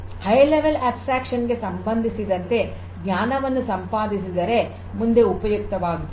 ಉನ್ನತ ಮಟ್ಟದ ಅಬ್ಸ್ಟ್ರಾಕ್ಷನ್ ಗೆ ಸಂಬಂಧಿಸಿದಂತೆ ಜ್ಞಾನವನ್ನು ಸಂಪಾದಿಸಿದರೆ ಮುಂದೆ ಉಪಯುಕ್ತವಾಗುತ್ತದೆ